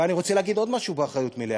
ואני רוצה לומר עוד משהו, באחריות מלאה,